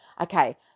okay